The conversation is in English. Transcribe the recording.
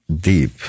deep